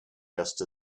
just